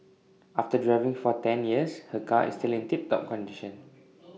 after driving for ten years her car is still in tip top condition